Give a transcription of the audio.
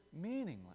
meaningless